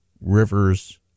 Rivers